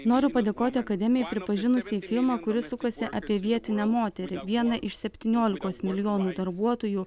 noriu padėkoti akademijai pripažinusį filmą kuris sukasi apie vietinę moterį vieną iš septyniolikos milijonų darbuotojų